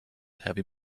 heavy